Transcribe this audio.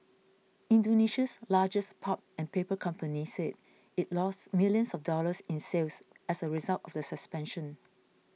Indonesia's largest pulp and paper company said it lost millions of dollars in sales as a result of the suspension